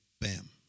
Bam